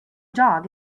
dog